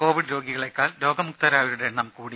Covid രോഗികളേക്കാൾ രോഗമുക്തരായവരുടെ എണ്ണം കൂടി